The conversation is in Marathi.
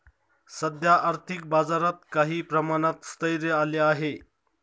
सध्या आर्थिक बाजारात काही प्रमाणात स्थैर्य आले आहे